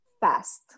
fast